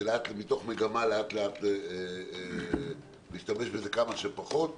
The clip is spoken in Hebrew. מתוך מגמה לאט, לאט, להשתמש בזה כמה שפחות.